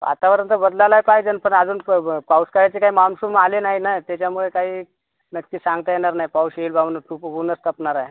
आतापर्यंत बदलालाही पायजेल पण अजून प पाऊस काळाची काय मान्सून आले नाही ना त्याच्यामुळे काही नक्की सांगता येणार नाही पाऊस येईल बा म्हणू खूप ऊनच तापणार आहे